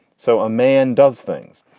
so a man does things.